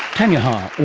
tanya ha,